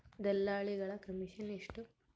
ದಲ್ಲಾಳಿಗಳ ಕಮಿಷನ್ ಎಷ್ಟು?